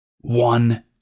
One